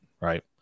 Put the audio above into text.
Right